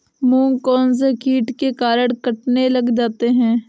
मूंग कौनसे कीट के कारण कटने लग जाते हैं?